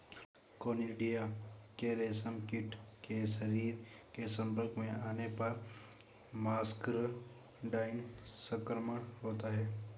conidia के रेशमकीट के शरीर के संपर्क में आने पर मस्करडाइन संक्रमण होता है